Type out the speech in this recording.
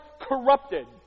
corrupted